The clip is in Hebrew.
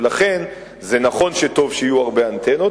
לכן זה נכון שטוב שיהיו הרבה אנטנות,